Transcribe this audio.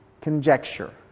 conjecture